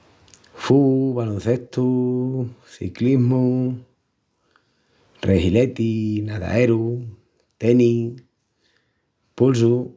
Fubu, baloncestu, ciclismu, rehileti, nadaeru, teni, pulsu.